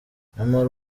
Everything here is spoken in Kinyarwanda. nyamara